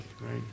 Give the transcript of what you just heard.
right